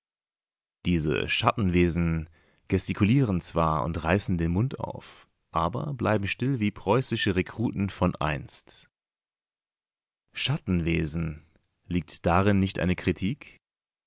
diese schattenwesen gestikulieren zwar und reißen den mund auf aber bleiben still wie preußische rekruten von einst schattenwesen liegt darin nicht eine kritik